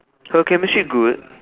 her chemistry good